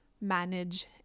manage